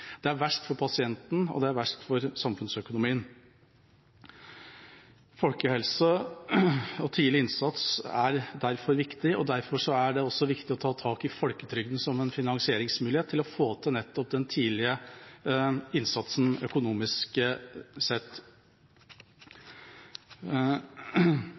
Det er verst for pasienten – og det er verst for samfunnsøkonomien. Folkehelse og tidlig innsats er viktig. Derfor er det også viktig å ta tak i folketrygden som en finansieringsmulighet for å få til nettopp den tidlige innsatsen, økonomisk sett.